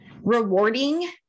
rewarding